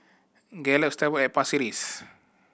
Gallop Stable at Pasir Ris